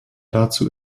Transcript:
dazu